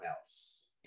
else